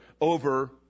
over